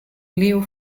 leo